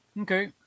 Okay